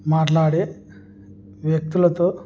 మాట్లాడే వ్యక్తులతో